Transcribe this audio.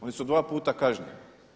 Oni su dva puta kažnjeni.